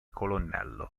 colonnello